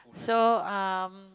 so um